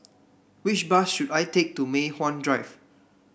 which bus should I take to Mei Hwan Drive